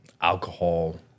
alcohol